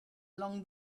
along